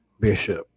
Bishop